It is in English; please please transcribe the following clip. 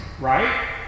right